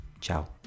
ciao